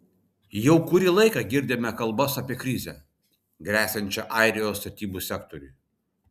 jau kurį laiką girdime kalbas apie krizę gresiančią airijos statybų sektoriui